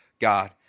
God